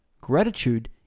Gratitude